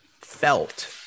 felt